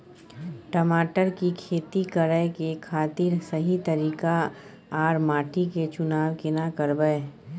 टमाटर की खेती करै के खातिर सही तरीका आर माटी के चुनाव केना करबै?